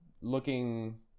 looking